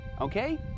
Okay